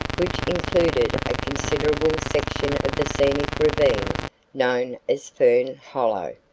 which included a considerable section of the scenic ravine known as fern hollow.